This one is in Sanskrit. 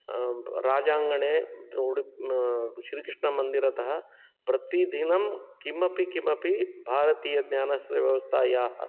राजाङ्गणे उडुप् श्रीकृष्णमन्दिरतः प्रतिदिनं किमपि किमपि भारतीयज्ञानस्यव्यवस्थायाः